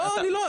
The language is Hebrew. לא.